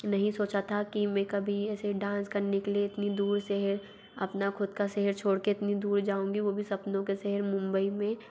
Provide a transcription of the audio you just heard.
नहीं सोचा था कि मैं कभी ऐसे डांस करने के लिए इतनी दूर शहर अपना ख़ुद का शहर छोड़ के इतनी दूर जाऊँगी वो भी सपनों के शहर मुंबई में